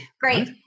Great